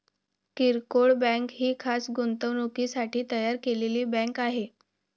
किरकोळ बँक ही खास गुंतवणुकीसाठी तयार केलेली बँक आहे